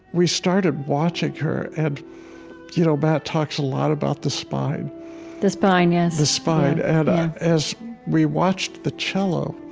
we started watching her. and you know matt talks a lot about the spine the spine, yes the spine yeah and as we watched the cello,